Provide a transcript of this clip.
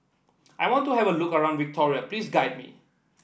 I want to have a look around Victoria please guide me